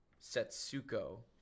setsuko